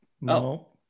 No